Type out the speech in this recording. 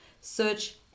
search